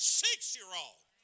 six-year-old